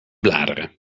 bladeren